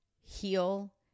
heal